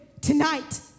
tonight